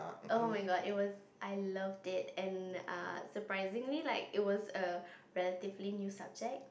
oh-my-god it was I loved it and uh surprisingly like it was a relatively new subject